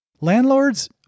Landlords